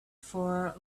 for